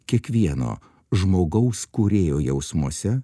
kiekvieno žmogaus kūrėjo jausmuose